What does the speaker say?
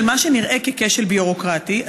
בשל מה שנראה ככשל ביורוקרטי,